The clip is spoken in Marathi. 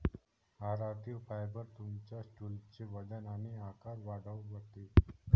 आहारातील फायबर तुमच्या स्टूलचे वजन आणि आकार वाढवते